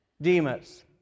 Demas